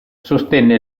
sostenne